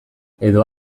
edo